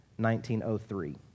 1903